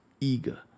eager